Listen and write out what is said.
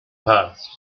passed